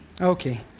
Okay